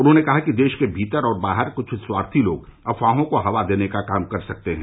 उन्होंने कहा कि देश के भीतर और बाहर कुछ स्वार्थी लोग अफवाहों को हवा देने का काम कर सकते हैं